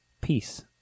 peace